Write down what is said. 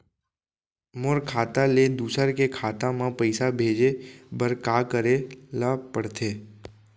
मोर खाता ले दूसर के खाता म पइसा भेजे बर का करेल पढ़थे?